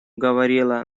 говорила